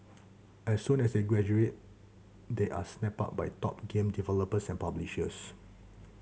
as soon as they graduate they are snapped up by top game developers and publishers